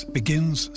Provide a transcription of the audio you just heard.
begins